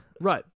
Right